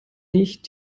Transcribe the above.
nicht